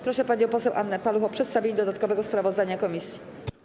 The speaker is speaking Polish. Proszę panią poseł Annę Paluch o przedstawienie dodatkowego sprawozdania komisji.